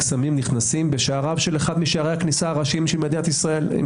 נכנסים בשעריו של אחד משערי הכניסה הראשיים של מדינת ישראל.